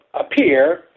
appear